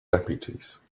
deputies